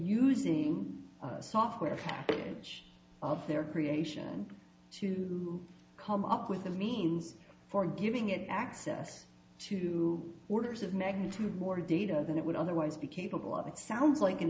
using the software package of their creation to come up with a means for giving it access to orders of magnitude more data than it would otherwise be capable of it sounds like an